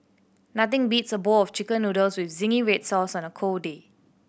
nothing beats a bowl of Chicken Noodles with zingy red sauce on a cold day